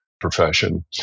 profession